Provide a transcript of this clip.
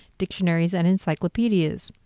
dictionaries, and encyclopedias.